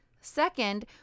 Second